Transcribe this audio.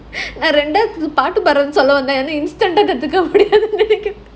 நான் ரெண்டாவது பாட்டு பாடுறேனு சொன்னேன்:naan rendaavathu paatu paaduraenu sonnaen instant ah கத்துக்கோனும்:kathukkonum